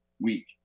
week